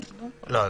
יאיר,